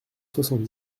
soixante